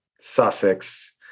sussex